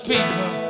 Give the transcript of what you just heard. people